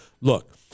look